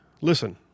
listen